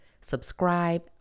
Subscribe